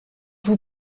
vous